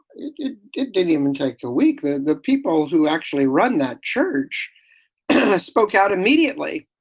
it didn't it didn't even take a week. the the people who actually run that church spoke out immediately.